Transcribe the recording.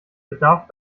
bedarf